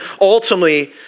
ultimately